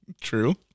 true